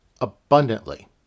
abundantly